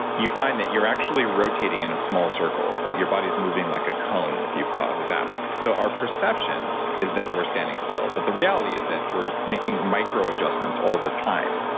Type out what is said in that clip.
you find that you're actually rotating in a small circle, that your body is moving like a cone, if you plot it out. so our perception is that we're standing still, but the reality is that we're making micro adjustments all the time.